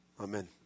Amen